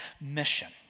mission